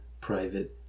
private